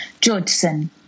Georgeson